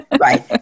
right